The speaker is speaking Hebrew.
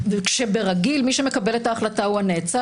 כשברגיל מי שמקבל את ההחלטה הוא הנאצל,